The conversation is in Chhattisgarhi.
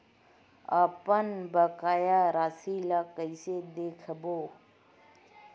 अपन बकाया राशि ला कइसे देखबो?